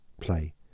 play